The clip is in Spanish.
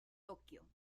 tokio